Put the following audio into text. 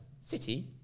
city